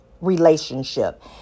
relationship